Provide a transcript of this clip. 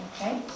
Okay